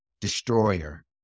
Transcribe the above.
destroyer